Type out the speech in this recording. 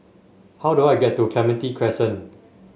how do I get to Clementi Crescent